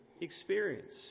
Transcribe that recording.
experience